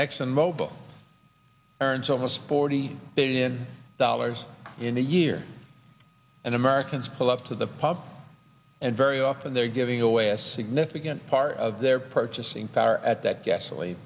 exxon mobil earns almost forty billion dollars in a year and americans pull up to the pub and very often they're giving away a significant part of their purchasing power at that gasoline